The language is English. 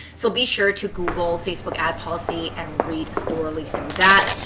so be sure to google facebook ad policy and read thoroughly through that.